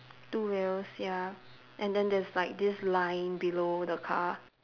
two wheels ya and then there's like this line below the car